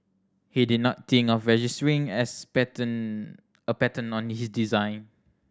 he did not think of registering as patent a patent on his design